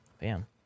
Bam